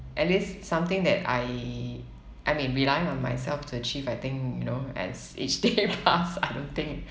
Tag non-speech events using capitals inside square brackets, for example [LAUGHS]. at least something that I I mean relying on myself to achieve I think you know as each day pass [LAUGHS] I don't think